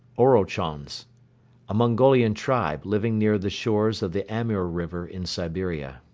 orochons a mongolian tribe, living near the shores of the amur river in siberia.